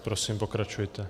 Prosím, pokračujte.